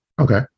Okay